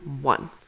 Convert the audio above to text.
one